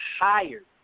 hired